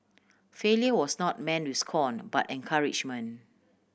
failure was not met with scorn but encouragement